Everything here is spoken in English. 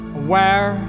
aware